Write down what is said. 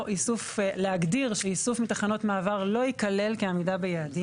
או להגדיר שאיסוף מתחנות מעבר לא ייכלל כעמידה ביעדים.